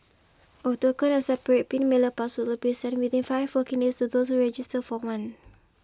a token and separate pin mailer password will be sent within five working days to those who register for one